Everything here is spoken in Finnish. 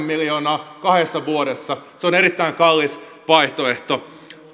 miljoonaa kahdessa vuodessa se on erittäin kallis vaihtoehto